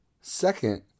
Second